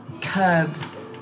curbs